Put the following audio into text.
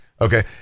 okay